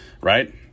right